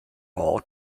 hall